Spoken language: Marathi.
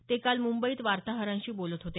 ते काल मुंबईत वार्ताहरांशी बोलत होते